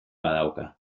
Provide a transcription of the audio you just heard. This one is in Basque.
badauka